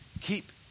keep